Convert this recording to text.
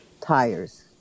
tires